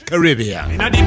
Caribbean